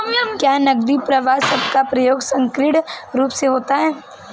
क्या नकदी प्रवाह शब्द का प्रयोग संकीर्ण रूप से होता है?